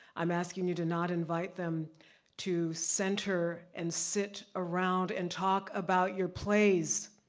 i'm asking you to not invite them to center and sit around and talk about your plays,